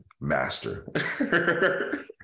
master